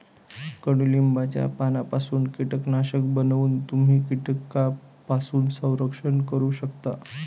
कडुलिंबाच्या पानांपासून कीटकनाशक बनवून तुम्ही कीटकांपासून संरक्षण करू शकता